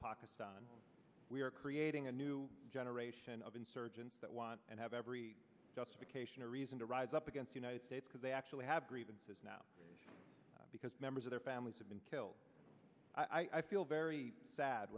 pockets on we are creating a new generation of insurgents that want and have every justification or reason to rise up against united states because they actually have grievances now because members of their families have been killed i feel very sad